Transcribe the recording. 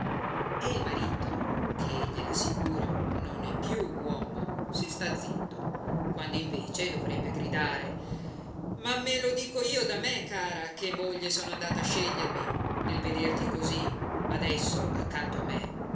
e il marito che gliel'assicuro non è più uomo si sta zitto quand'invece dovrebbe gridare ma me lo dico io da me cara che moglie sono andato a scegliermi nel vederti così adesso accanto a me